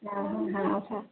ହଁ